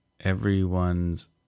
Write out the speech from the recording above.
everyone's